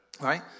right